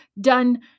done